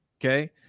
Okay